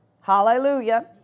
Hallelujah